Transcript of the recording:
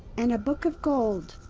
and a book of gold.